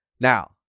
Now